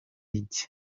iki